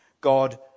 God